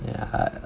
yeah